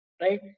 right